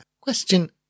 Question